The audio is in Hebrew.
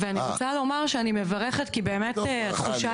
אני רוצה לומר שאני מברכת כי באמת התחושה